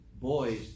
boys